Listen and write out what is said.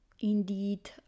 indeed